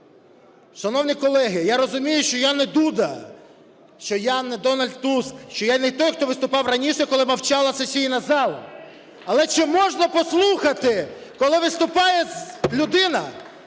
Шановні колеги, я розумію, що я не Дуда, що я не Дональд Туск, що я не той, хто виступав раніше, коли мовчала сесійна зала. Але чи можна послухати, коли виступає людина,